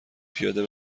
پیاده